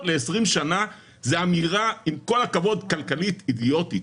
ל-20 שנה זה אמירה עם כל הכבוד כלכלית אדיוטית,